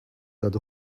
dead